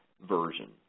version